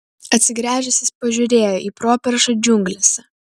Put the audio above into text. atsigręžęs jis pažiūrėjo į properšą džiunglėse